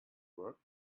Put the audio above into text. work